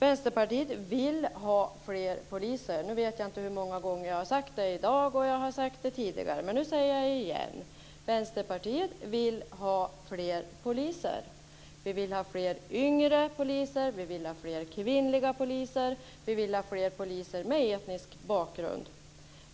Vänsterpartiet vill ha fler poliser. Jag vet inte hur många gånger jag har sagt det i dag, och jag har sagt det tidigare, men nu säger jag det igen: Vänsterpartiet vill ha fler poliser. Vi vill ha fler yngre poliser, vi vill ha fler kvinnliga poliser, och vi vill ha fler poliser med etnisk bakgrund.